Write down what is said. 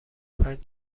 پنج